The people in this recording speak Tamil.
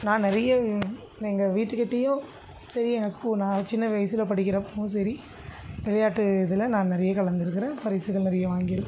நான் நிறைய எங்கள் வீட்டுக்கிட்டையும் சரி எங்கள் ஸ்கூ நான் சின்ன வயசில் படிக்கிறப்பவும் சரி விளையாட்டு இதில் நான் நிறைய கலந்துருக்கிறேன் பரிசுகள் நிறைய வாங்கியிருக்கேன்